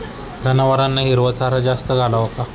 जनावरांना हिरवा चारा जास्त घालावा का?